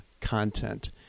content